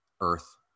earth